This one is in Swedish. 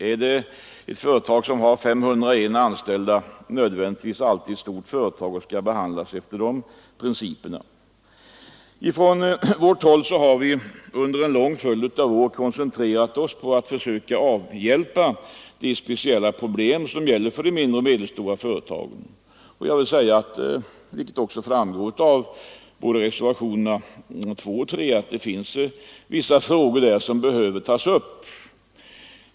Är ett företag som har 501 anställda nödvändigtvis ett stort företag som skall behandlas enligt principerna för stora företag? Från vårt håll har vi under en lång följd av år koncentrerat oss på att försöka avhjälpa de speciella problem som gäller för de mindre och medelstora företagen. Det finns vissa frågor där — vilket också framgår av både reservationen 2 och reservationen 3 — som behöver tas upp.